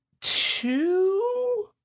two